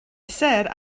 said